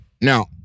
Now